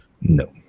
No